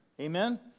Amen